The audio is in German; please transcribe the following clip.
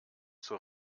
zur